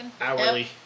Hourly